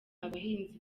abahinzi